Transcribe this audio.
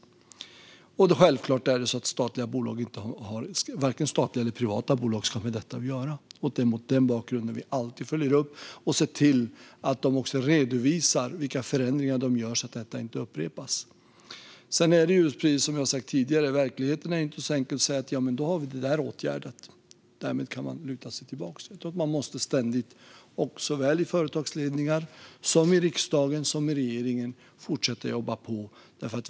Självklart ska varken statliga eller privata bolag ha med detta att göra. Det är mot den bakgrunden vi alltid följer upp och ser till att de redovisar vilka förändringar de gör så att detta inte upprepas. Sedan är ju inte verkligheten, precis som jag sagt tidigare, så enkel som att man därmed kan luta sig tillbaka och säga att då var detta åtgärdat. Man måste ständigt, såväl i företagsledningar som i riksdagen och regeringen, fortsätta att jobba på.